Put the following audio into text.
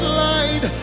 light